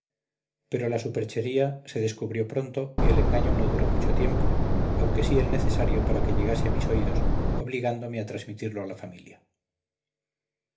pero la superchería se descubrió pronto y el engaño no duró mucho tiempo aunque sí el necesario para que llegase a mis oídos obligándome a transmitirlo a la familia